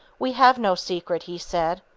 we have no secret, he said,